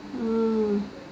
mm